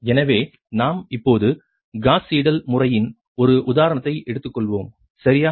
எனவே நாம் இப்போது காஸ் சீடல் முறையின் ஒரு உதாரணத்தை எடுத்துக் கொள்வோம் சரியா